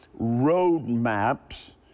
roadmaps